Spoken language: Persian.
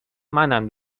منم